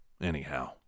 Anyhow